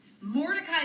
Mordecai